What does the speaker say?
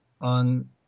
on